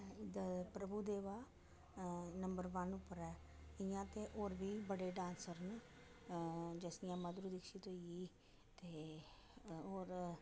Prabhudeva number one उप्पर ऐ इ'यां ते होर बी बड़े डान्सर न जैसे जियां माधुरी दीक्षित होई गेई ते होर